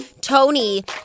Tony